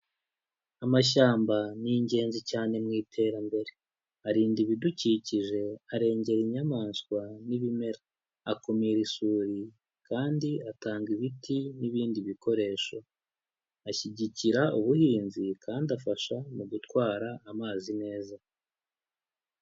Amashyamba ni ingenzi cyane mu iterambere, arinda ibidukikije, arengera inyamaswa n'ibimera, akumira isuri kandi atanga ibiti n'ibindi bikoresho, ashyigikira ubuhinzi kandi afasha mu gutwara amazi neza.